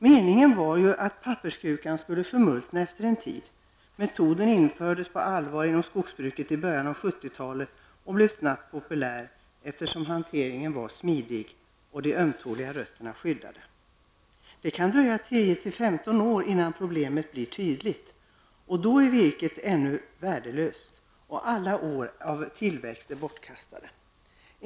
Meningen var att papperskrukan skulle förmultna efter en tid. Metoden infördes på allvar inom skogsbruket i början av 70-talet och blev snabbt populär eftersom hanteringen var smidig och de ömtåliga rötterna skyddade. Det kan dröja 10 till 15 år innan problemet blir tydligt. Virket är då ändå värdelöst, och alla år av tillväxt är bortkastade.